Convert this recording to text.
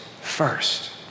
first